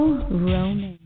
Roman